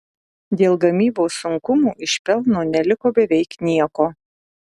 dėl gamybos sunkumų iš pelno neliko beveik nieko